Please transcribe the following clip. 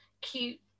cute